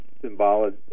symbolic